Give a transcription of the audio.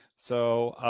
so